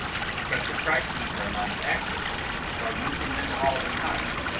the professor tried to keep our minds active by using them all the time.